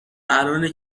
الانه